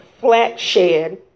flat-shed